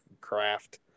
Craft